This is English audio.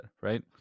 right